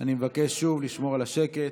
אני מבקש שוב לשמור על השקט.